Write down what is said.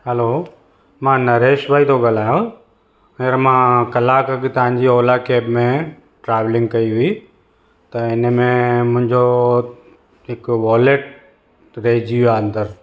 hello मां नरेश भाई थो ॻाल्हायां हीअंर मां कलाकु अॻु तव्हांजी ओला कैब में ट्रैवलिंग कई हुई त हिनमें मुंहिंजो हिक वॉलेट रहजी वियो आहे अंदरु